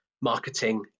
marketing